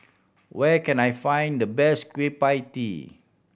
where can I find the best Kueh Pie Tee